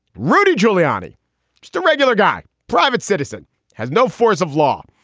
rudy giuliani the regular guy private citizen has no force of law.